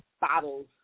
bottles